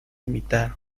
imitaron